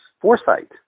foresight